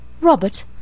Robert